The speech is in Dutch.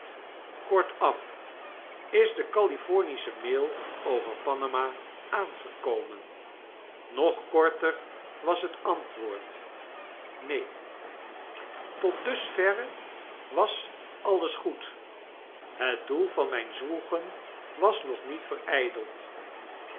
kortaf is de califomische mail over p anama aangekomen nog korter was het antwoord neen tot dusverre was alles goed het doel van myn zwoegen was nog niet verydeld